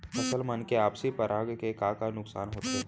फसल मन के आपसी परागण से का का नुकसान होथे?